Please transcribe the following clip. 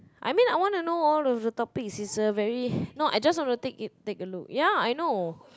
I mean I want to know all of the topics it's a very no I just want to take it take a look ya I know